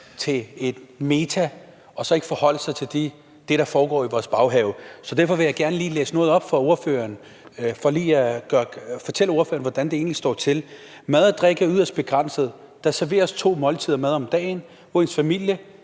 til et metaniveau og så ikke forholde sig til det, der foregår i vores baghave. Derfor vil jeg gerne læse noget op for ordføreren, for lige at fortælle ordføreren, hvordan det egentlig står til: Mad og drikke er yderst begrænset. Der serveres to måltider mad om dagen, og ens families